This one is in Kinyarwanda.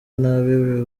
nabi